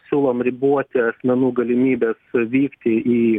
siūlom riboti asmenų galimybes vykti į